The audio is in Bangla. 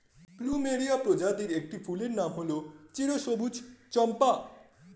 প্লুমেরিয়া প্রজাতির একটি ফুলের নাম হল চিরসবুজ চম্পা